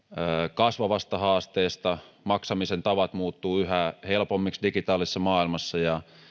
kasvavasta haasteesta maksamisen tavat muuttuvat yhä helpommiksi digitaalisessa maailmassa ja